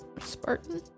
Spartan